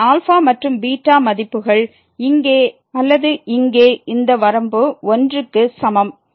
எனவே α மற்றும் β மதிப்புகள் இங்கே அல்லது இங்கே இந்த வரம்பு 1 க்கு சமம்